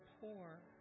poor